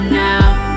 now